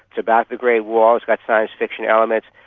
it's about the great wall, it's got science fiction elements.